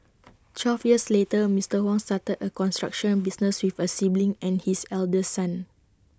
twelve years later Mister Huang started A construction business with A sibling and his eldest son